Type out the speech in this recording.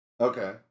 Okay